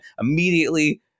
immediately